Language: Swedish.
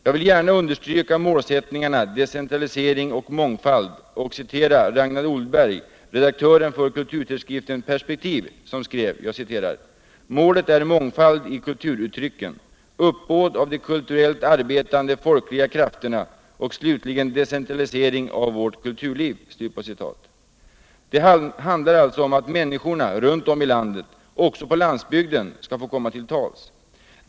Jag vill gärna understryka målsättningarna decentralisering och mångfald och citera Ragnar Oldberg, redaktören för kulturtidskriften Perspektiv. Han skrev: ”Målet är mångfald i kulturuttrycken, uppbåd av de kulturellt arbetande folkliga krafterna och slutligen decentralisering av vårt kulturliv.” Det handlar alltså om att människorna runt om i landet. också på landsbygden, skall få komma till tals.